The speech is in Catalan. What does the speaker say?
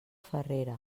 farrera